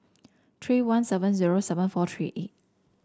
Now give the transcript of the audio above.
three one seven zero seven four three eight